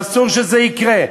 ואסור שזה יקרה.